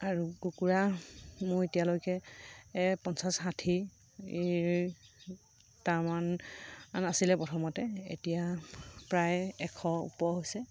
আৰু কুকুৰা মোৰ এতিয়ালৈকে পঞ্চাছ ষাঠিটামান আছিলে প্ৰথমতে এতিয়া প্ৰায় এশ ওপৰ হৈছে